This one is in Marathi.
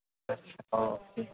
अच्छा ओके